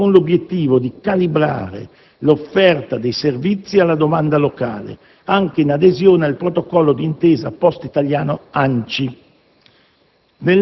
in linea con l'obiettivo di calibrare l'offerta dei servizi alla domanda locale, anche in adesione al protocollo di intesa Poste italiane - ANCI